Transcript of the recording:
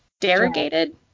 derogated